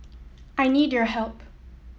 I need your help